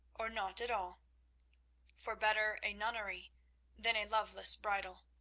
or not at all for better a nunnery than a loveless bridal.